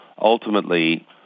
Ultimately